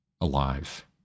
alive